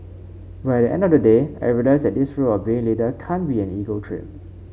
but at the end of the day I realised that this role of being leader can't be an ego trip